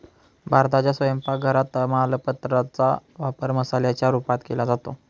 भारताच्या स्वयंपाक घरात तमालपत्रा चा वापर मसाल्याच्या रूपात केला जातो